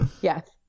Yes